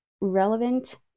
relevant